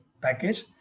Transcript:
package